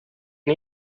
you